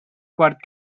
quart